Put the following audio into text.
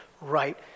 right